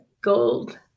gold